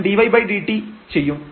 ശേഷം dydt ചെയ്യും